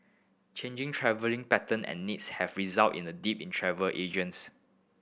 changing travelling pattern and needs have resulted in a dip in travel agents